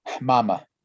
Mama